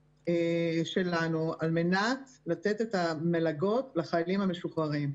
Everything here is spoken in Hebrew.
שלנו על מנת לתת את המלגות לחיילים המשוחררים,